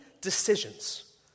decisions